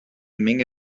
menge